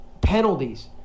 penalties